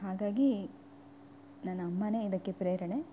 ಹಾಗಾಗಿ ನನ್ನ ಅಮ್ಮನೇ ಇದಕ್ಕೆ ಪ್ರೇರಣೆ